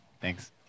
Thanks